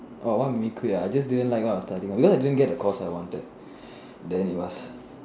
orh what made me quit ah I just didn't like what I was studying because I didn't get the course I wanted then it was